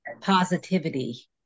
positivity